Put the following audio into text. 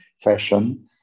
fashion